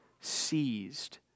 seized